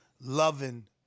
loving